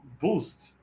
boost